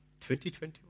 2021